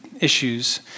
issues